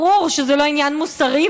ברור שזה לא עניין מוסרי,